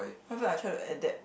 cause I try to adapt